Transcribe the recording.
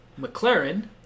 McLaren